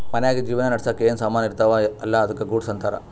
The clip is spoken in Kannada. ಮನ್ಶ್ಯಾಗ್ ಜೀವನ ನಡ್ಸಾಕ್ ಏನ್ ಸಾಮಾನ್ ಇರ್ತಾವ ಅಲ್ಲಾ ಅದ್ದುಕ ಗೂಡ್ಸ್ ಅಂತಾರ್